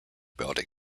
building